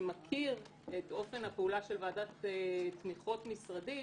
שמכיר את אופן הפעולה של ועדת תמיכות משרדית,